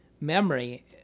memory